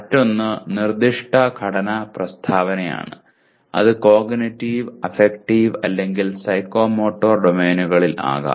മറ്റൊന്ന് നിർദ്ദിഷ്ട ഘടന പ്രസ്താവനയാണ് അത് കോഗ്നിറ്റീവ് അഫക്റ്റീവ് അല്ലെങ്കിൽ സൈക്കോമോട്ടർ ഡൊമെയ്നുകളിൽ ആകാം